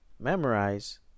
memorize